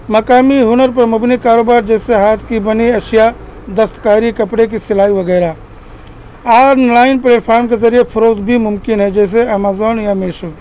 مقامی ہنر پر مبن کاروبار جیسے ہاتھ کی بنی اشیاء دستکاری کپڑے کی سلائی وغیرہ اور آن لائن پلیٹ فارم کے ذریعے فروغ بھی ممکن ہے جیسے امیزون یا میشو